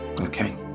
Okay